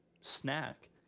snack